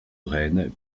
rennes